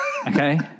Okay